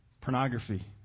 Pornography